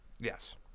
Yes